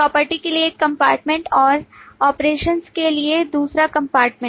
property के लिए एक कंपार्टमेंट और ऑपरेशंस के लिए दूसरा कंपार्टमेंट